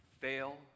fail